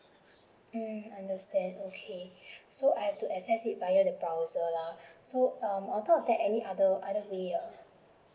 mm understand okay so I have to access it via the browser lah so um on top of that any other other way ah